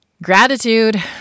Gratitude